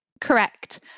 Correct